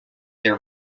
their